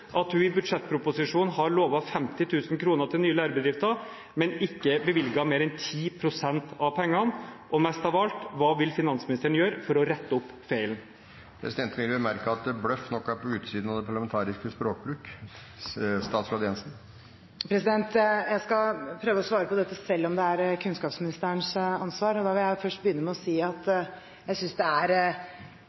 at hun i budsjettproposisjonen har lovet 50 000 kr til nye lærebedrifter, men ikke bevilget mer enn 10 pst. av pengene? Og mest av alt: Hva vil finansministeren gjøre for å rette opp feilen? Presidenten vil bemerke at «bløff» nok er på utsiden av den parlamentariske språkbruk. Jeg skal prøve å svare på dette, selv om det er kunnskapsministerens ansvar. Jeg vil først begynne med å si at jeg synes det er